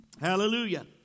Hallelujah